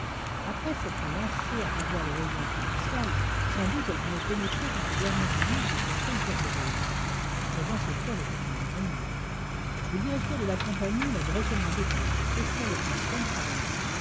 après s'être lancée à travers les régions équinoxiales sans doute elle voulait pénétrer jusqu'aux dernières limites des contrées hyperboréennes sa présence au fort était un événement le directeur de la compagnie l'avait recommandée par lettre spéciale au capitaine craventy